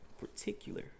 particular